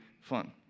fun